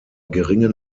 geringen